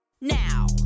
now